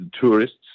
Tourists